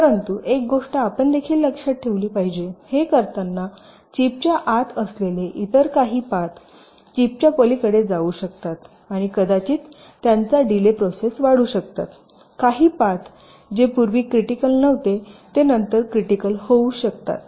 परंतु एक गोष्ट आपण देखील लक्षात ठेवली पाहिजे हे करताना चिपच्या आत असलेले इतर काही पाथ चिपच्या पलीकडे जाऊ शकतात आणि कदाचित त्यांच्या डीले प्रोसेस वाढू शकतात काही पथ जे पूर्वी क्रिटिकल नव्हते ते नंतर क्रिटिकल होऊ शकतात